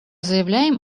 заявляем